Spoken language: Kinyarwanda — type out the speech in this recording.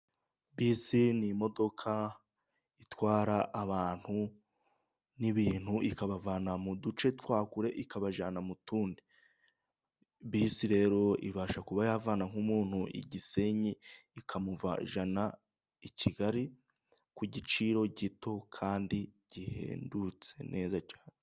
Bisi ni imodoka itwara abantu n'ibintu, ikabavana mu duce twa kure ikabajyana mu tundi, bisi rero ibasha kuba yavana nk'umuntu i Gisenyi ikamujyana i Kigali, ku giciro gito kandi gihendutse neza cyane.